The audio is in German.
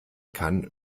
kann